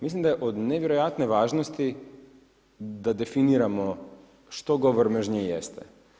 Mislim da je od nevjerojatne važnosti da definiramo što govor mržnje jeste.